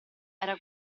era